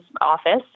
office